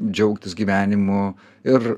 džiaugtis gyvenimu ir